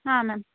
ಹಾಂ ಮ್ಯಾಮ್